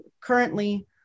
currently